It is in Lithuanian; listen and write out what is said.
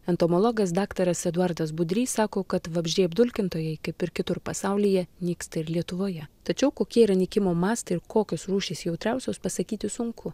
entomologas daktaras eduardas budrys sako kad vabzdžiai apdulkintojai kaip ir kitur pasaulyje nyksta ir lietuvoje tačiau kokie yra nykimo mastai ir kokios rūšys jautriausios pasakyti sunku